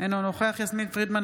אינו נוכח יסמין פרידמן,